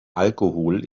alkohol